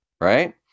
right